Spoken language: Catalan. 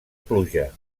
pluja